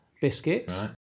biscuits